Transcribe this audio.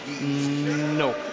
No